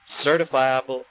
certifiable